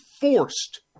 forced